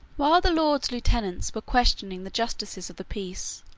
while the lords lieutenants were questioning the justices of the peace,